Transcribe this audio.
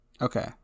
Okay